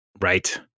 right